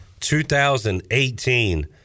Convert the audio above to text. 2018